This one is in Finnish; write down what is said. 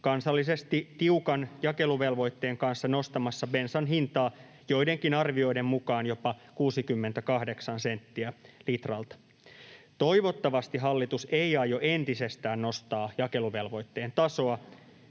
kansallisesti tiukan jakeluvelvoitteen kanssa nostamassa bensan hintaa joidenkin arvioiden mukaan jopa 68 senttiä litralta. Toivottavasti hallitus ei aio entisestään nostaa jakeluvelvoitteen tasoa,